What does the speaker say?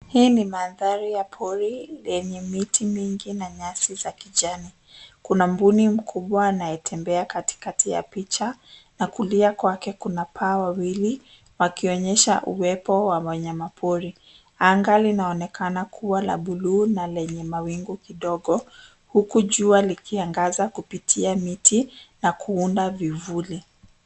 Hii ni mandhari ya pori lenye miti mingi na nyasi za kijani. Kuna mbuni mkubwa anayetembea katikati ya picha na kulia kwake kuna paa wawili wakionyesha uwepo wa wanyamapori. Anga linaonekana kuwa la blue na lenye mawingu kidogo, huku jua likiangaza kupitia miti na kuunda vivuli.